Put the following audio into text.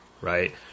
Right